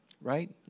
right